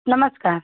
नमस्कार